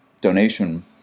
donation